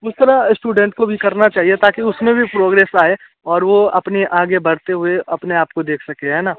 उस तरह इस्टूडेंट को भी करना चाहिए ताकि उस में भी प्रोग्रेस आए और वो अपने आगे बढ़ते हुए अपने आप को देख सके है ना